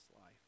life